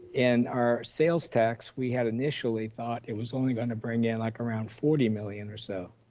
and our sales tax, we had initially thought it was only gonna bring in like around forty million or so,